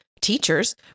teachers